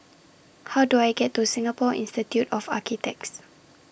How Do I get to Singapore Institute of Architects